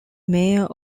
mayor